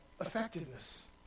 effectiveness